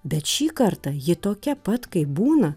bet šį kartą ji tokia pat kaip būna